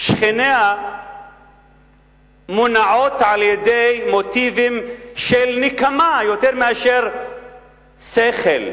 שכניה מונעות על-ידי מוטיבים של נקמה יותר מאשר שכל.